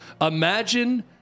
imagine